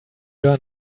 learn